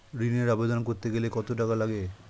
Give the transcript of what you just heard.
ঋণের আবেদন করতে গেলে কত টাকা লাগে?